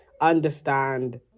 understand